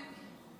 הינה.